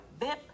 Bip